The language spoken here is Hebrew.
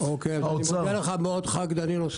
אני מודה לך מאוד, ח"כ דנינו.